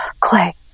clay